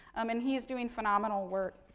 um and, he is doing phenomenal work.